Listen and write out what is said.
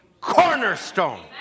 cornerstone